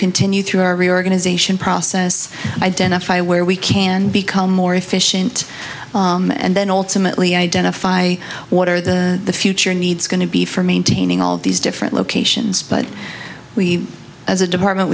continue through our reorganization process identify where we can become more efficient and then ultimately identify what are the future needs going to be for maintaining all these different locations but we as a department